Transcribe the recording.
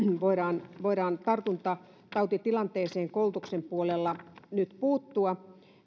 voidaan voidaan tartuntatautitilanteeseen koulutuksen puolella puuttua